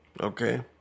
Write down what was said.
Okay